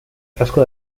frasco